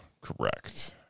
Correct